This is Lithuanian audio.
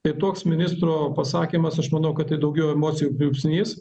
tai toks ministro pasakymas aš manau kad tai daugiau emocijų pliūpsnys